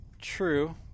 True